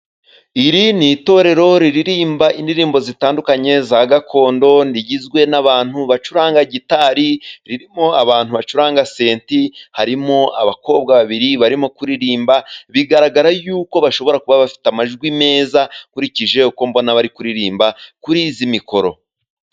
Iri ni itorero riririmba indirimbo zitandukanye za gakondo rigizwe n'abantu bacuranga gitari ririmo abantu bacuranga senti. Harimo abakobwa babiri barimo kuririmba bigaragara yuko bashobora kuba bafite amajwi meza nkurikije uko mbona bari kuririmba kuri izi mikoro.